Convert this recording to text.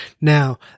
Now